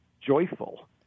joyful